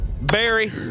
Barry